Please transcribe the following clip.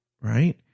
Right